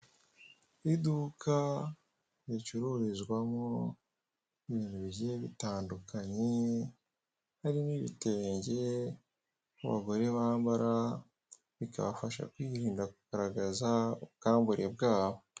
Iri iduka ricururizwamo ibintu bigiye bitandukanye harimo ibitenge abagore bambara bikabafasha kwirinda kugaragaza ubwambure bwabo.